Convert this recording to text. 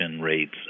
rates